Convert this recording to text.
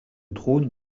trône